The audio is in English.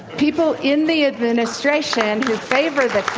people in the administration who favor the